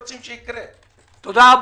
תודה.